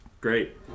Great